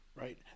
right